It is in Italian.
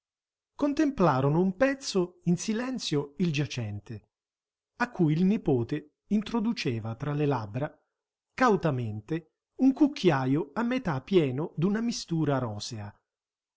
piedi contemplarono un pezzo in silenzio il giacente a cui il nipote introduceva tra le labbra cautamente un cucchiajo a metà pieno d'una mistura rosea